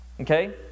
Okay